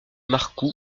marcou